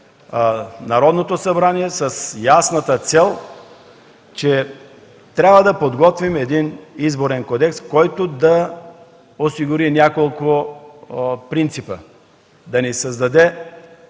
Народното събрание с ясната цел да подготвим един Изборен кодекс, който да осигури няколко принципа, да ни създаде